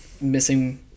missing